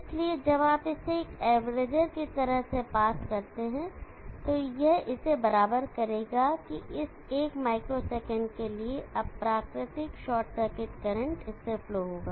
इसलिए जब आप इसे एवरेजर की तरह से पास करते हैं तो यह इसे बराबर करेगा कि इस एक माइक्रो सेकंड के लिए अप्राकृतिक शॉर्ट सर्किट करंट इससे फ्लो होगा